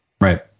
Right